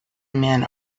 men